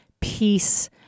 peace